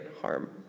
harm